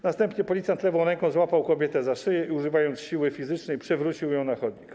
Następnie policjant lewą ręką złapał kobietę za szyję i używając siły fizycznej, przewrócił ją na chodnik.